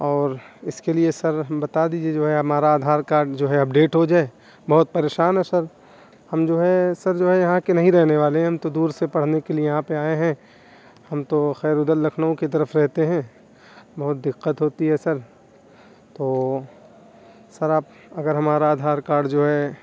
اور اس کے لیے سر ہم بتا دیجیے جو ہے ہمارا آدھار کارڈ جو ہے اپڈیٹ ہو جائے بہت پریشان ہیں سر ہم جو ہے سر جو ہے یہاں کے نہیں رہنے والے ہیں ہم تو دور سے پڑھنے کے لیے یہاں پہ آئے ہیں ہم تو خیر ادھر لکھنؤ کے طرف رہتے ہیں بہت دقت ہوتی ہے سر تو سر آپ اگر ہمارا آدھار کارڈ جو ہے